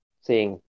seeing